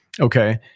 Okay